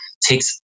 takes